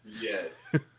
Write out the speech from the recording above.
Yes